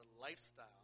lifestyle